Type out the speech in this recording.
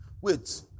Wait